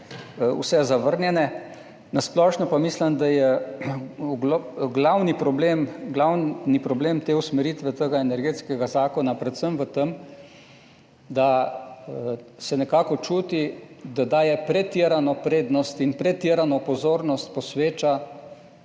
vsi zavrnjeni. Na splošno pa mislim, da je glavni problem te usmeritve tega energetskega zakona predvsem v tem, da se nekako čuti, da daje pretirano prednost in pretirano pozornost posveča